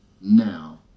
Now